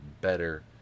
better